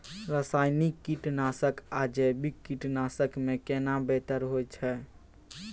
रसायनिक कीटनासक आ जैविक कीटनासक में केना बेहतर होतै?